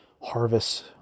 Harvest